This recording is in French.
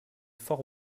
fort